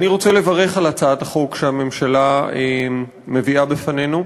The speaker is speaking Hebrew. אני רוצה לברך על הצעת החוק שהממשלה מביאה בפנינו.